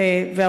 וסגן השר איננו.